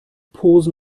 posen